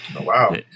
Wow